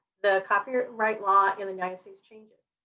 the copyright law in the united states changes,